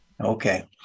Okay